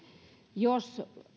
jos